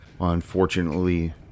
unfortunately